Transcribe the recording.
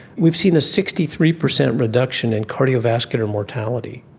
we've seen a sixty three percent reduction in cardiovascular mortality.